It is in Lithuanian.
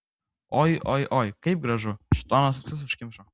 oi oi oi kaip gražu šėtonas ausis užkimšo